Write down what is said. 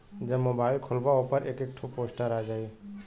जब मोबाइल खोल्बा ओपर एक एक ठो पोस्टर आ जाई